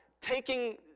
taking